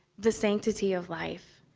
the sanctity of life.